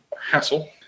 hassle